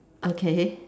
okay